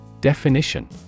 Definition